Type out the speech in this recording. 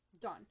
Done